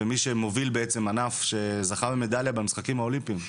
ומי שמוביל בעצם ענף שזכה במדליה במשחקים האולימפיים.